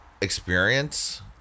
experience